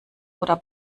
oder